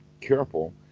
careful